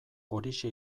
horixe